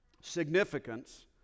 significance